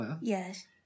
Yes